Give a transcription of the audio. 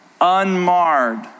unmarred